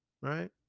right